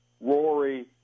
Rory